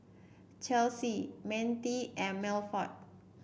Chelsy Mintie and Milford